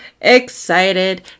excited